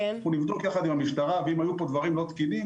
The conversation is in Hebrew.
אנחנו נבדוק יחד עם המשטרה ואם היו פה דברים לא תקינים,